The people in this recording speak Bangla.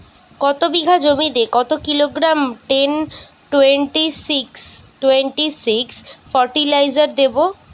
এক বিঘা জমিতে কত kilogram ten twenty six twenty six fertiliser দেবো?